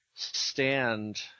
Stand